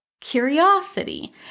curiosity